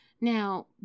Now